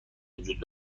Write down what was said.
وجود